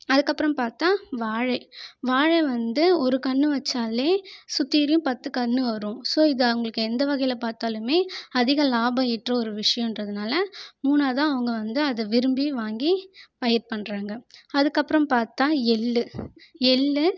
அதுக்கப்புறம் பார்த்தா வாழை வாழை வந்து ஒரு கன்று வச்சாலே சுற்றியும் பத்து கன்று வரும் ஸோ இது அவங்களுக்கு எந்த வகையில் பார்த்தாலுமே அதிக லாபம் ஈட்டுற ஒரு விஷியம்ன்றதுனால மூணாத அவங்க வந்து அத விரும்பி வாங்கி பயிர் பண்ணுறாங்க அதுக்கப்புறம் பார்த்தா எள்ளு எள்ளு